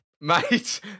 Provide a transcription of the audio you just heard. Mate